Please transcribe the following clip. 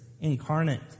incarnate